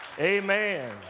Amen